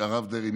הרב דרעי,